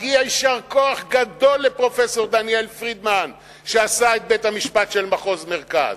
מגיע יישר כוח לפרופסור דניאל פרידמן שעשה את בית-המשפט של מחוז מרכז.